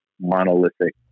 monolithic